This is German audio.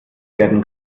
werden